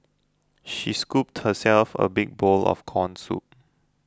she scooped herself a big bowl of Corn Soup